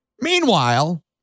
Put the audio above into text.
Meanwhile